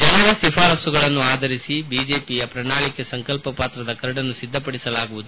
ಜನರ ಶಿಫಾರಸ್ಸುಗಳನ್ನು ಆಧರಿಸಿ ಬಿಜೆಪಿಯ ಪ್ರಣಾಳಿಕೆ ಸಂಕಲ್ಪ ಪಾತ್ರದ ಕರಡನ್ನು ಸಿದ್ದಪಡಿಸಲಾಗುವುದು